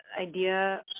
idea